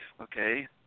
okay